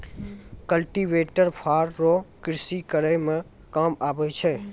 cultivator फार रो कृषि करै मे काम आबै छै